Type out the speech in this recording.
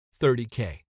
$30k